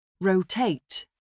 Rotate